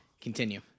Continue